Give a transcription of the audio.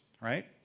right